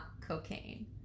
cocaine